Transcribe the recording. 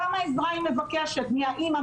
כמה עזרה היא מבקשת מהאימא,